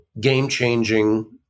game-changing